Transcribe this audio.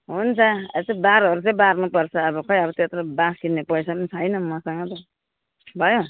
हुन्छ त्यो बारहरू चाहिँ बार्नु पर्छ अब खै अब त्यत्रो बाँस किन्ने पैसा पनि छैन मसँग त भयो